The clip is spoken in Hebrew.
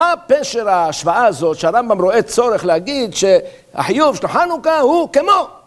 מה פשר ההשוואה הזאת, שהרמב״ם רואה צורך להגיד שהחיוב של חנוכה הוא כמו